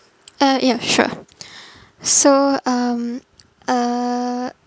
uh ya sure so um uh